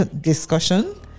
discussion